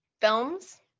films